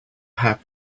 have